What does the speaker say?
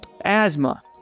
asthma